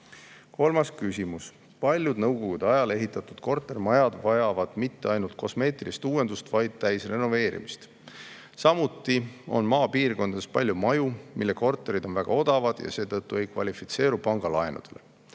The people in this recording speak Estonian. Kolmas küsimus: "Paljud Nõukogude ajal ehitatud kortermajad vajavad mitte ainult kosmeetilist uuendust, vaid täisrenoveerimist. Samuti on maapiirkondades palju maju, mille korterid on väga odavad ja seetõttu ei kvalifitseeru pangalaenudele.